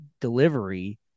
delivery